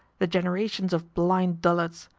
the generations of blind dullards!